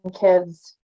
kids